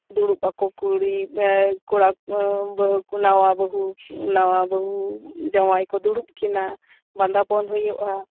ᱫᱩᱲᱩᱵ ᱟᱠᱚ ᱠᱩᱲᱤ ᱠᱚᱲᱟ ᱵᱟᱦᱩ ᱠᱚ ᱱᱟᱣᱟ ᱵᱟᱹᱦᱩ ᱱᱟᱣᱟ ᱵᱟᱦᱩ ᱡᱟᱸᱣᱟᱭ ᱠᱚ ᱫᱩᱲᱩᱵ ᱠᱤᱱᱟ ᱵᱟᱸᱫᱟ ᱯᱚᱱ ᱦᱩᱭᱩᱜᱼᱟ